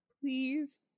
please